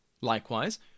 Likewise